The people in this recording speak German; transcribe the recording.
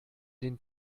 den